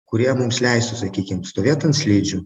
kurie mums leistų sakykim stovėt ant slidžių